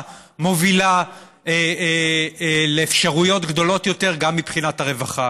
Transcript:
מובילה לאפשרויות גדולות יותר גם מבחינת הרווחה.